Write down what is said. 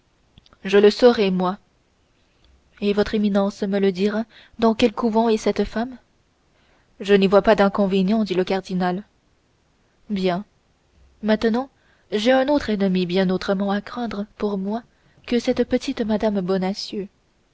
je le saurai moi et votre éminence me dira dans quel couvent est cette femme je n'y vois pas d'inconvénient dit le cardinal bien maintenant j'ai un autre ennemi bien autrement à craindre pour moi que cette petite mme